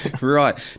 Right